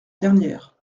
dernière